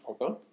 Okay